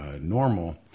normal